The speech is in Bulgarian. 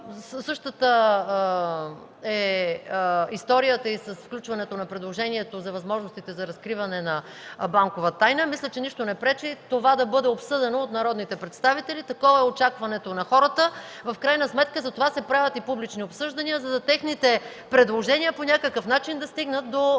Същата е историята и с включването на предложението за възможностите за разкриване на банкова тайна. Мисля, че нищо не пречи това да бъде обсъдено от народните представители. Такова е и очакването на хората. В крайна сметка, затова се правят публични обсъждания: предложенията на хората по някакъв начин да стигнат до